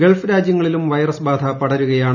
Gulf രാജ്യങ്ങളിലും virus ബാധ പടരുകയാണ്